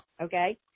okay